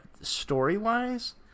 story-wise